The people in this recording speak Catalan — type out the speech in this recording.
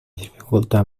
dificultar